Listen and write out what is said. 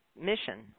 mission